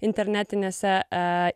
internetinėse e